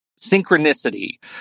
synchronicity